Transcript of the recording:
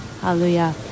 hallelujah